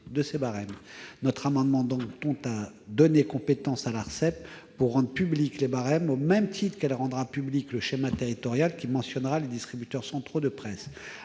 de ces barèmes. Cet amendement tend donc à donner compétence à l'Arcep pour rendre publics les barèmes, au même titre qu'elle rendra public le schéma territorial, qui mentionnera les distributeurs centraux de presse.